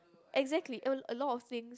exactly a lot of things